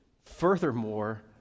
furthermore